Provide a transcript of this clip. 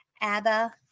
Abba